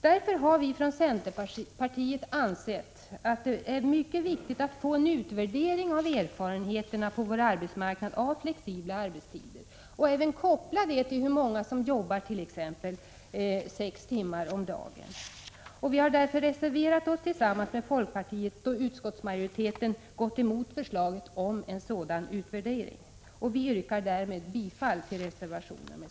Därför har vi från centerpartiet ansett det vara viktigt att få en utvärdering av erfarenheterna på arbetsmarknaden av flexibla arbetstider, en utvärdering som även visar hur många som jobbar t.ex. sex timmar om dagen. Då utskottsmajoriteten gått emot förslaget om en sådan utvärdering, har vi reserverat oss tillsammans med folkpartiet. Jag yrkar därmed bifall till reservation 6.